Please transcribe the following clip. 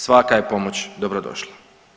Svaka je pomoć dobro došla.